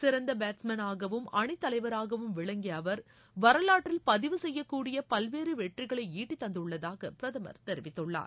சிறந்த பேட்ஸ் மேனாகவும் அணித்தலைவராகவும் விளங்கிய அவர் வரலாற்றில் பதிவு செய்யக் கூடிய பல்வேறு வெற்றிகளை ஈட்டித் தந்துள்ளதாக பிரதமர் தெரிவித்துள்ளார்